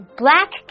black